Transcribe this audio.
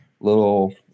little